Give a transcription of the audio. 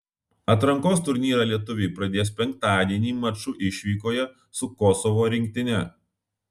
atrankos turnyrą lietuviai pradės penktadienį maču išvykoje su kosovo rinktine